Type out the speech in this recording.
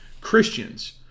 Christians